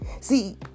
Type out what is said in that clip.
See